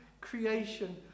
creation